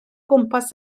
gwmpas